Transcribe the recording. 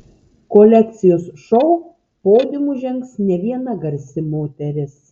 kolekcijos šou podiumu žengs ne viena garsi moteris